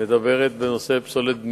מדברת על פסולת בנייה.